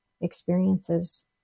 experiences